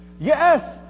Yes